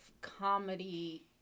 comedy